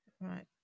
right